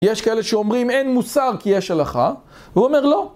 יש כאלה שאומרים אין מוסר כי יש הלכה, הוא אומר לא.